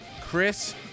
Chris